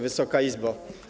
Wysoka Izbo!